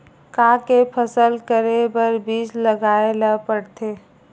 का के फसल करे बर बीज लगाए ला पड़थे?